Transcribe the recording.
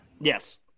yes